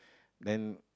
then